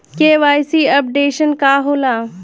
KYC updation का होला?